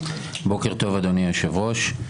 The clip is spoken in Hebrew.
בוקר טוב אדוני היושב ראש.